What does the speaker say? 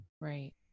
Right